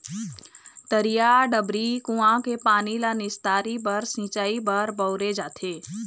तरिया, डबरी, कुँआ के पानी ल निस्तारी बर, सिंचई बर बउरे जाथे